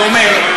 אני אומר,